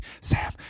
Sam